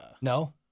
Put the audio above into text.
No